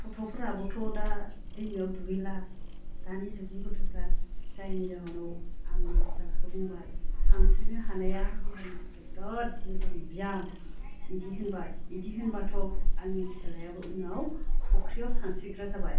गथ'फोराबोथ' दा दैमायाव दुगैला दानि जुगनि गथ'फोरा जायनि जाहोनाव आं उनाव फिसाज्लाखौ बुंबाय सानस्रिनो हानाया देहानि थाखाय बिरात मोजां बियाम बिदि होनबाय बिदि होनबाथ' आंंनि फिसाज्लायाबो उनाव फख्रियाव सानस्रिग्रा जाबाय